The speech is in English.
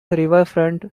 riverfront